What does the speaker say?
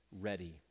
ready